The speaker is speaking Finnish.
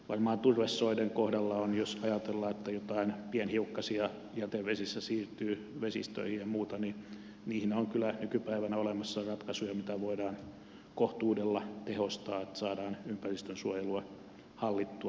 varmaan turvesoiden kohdalla on jos ajatellaan että jotain pienhiukkasia jätevesissä siirtyy vesistöihin ja muuta kyllä nykypäivänä olemassa ratkaisuja mitä voidaan kohtuudella tehostaa että saadaan ympäristönsuojelua hallittua sitä kautta